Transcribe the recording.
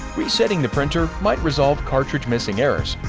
resetting the printer might resolve cartridge missing errors.